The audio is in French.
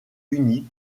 unique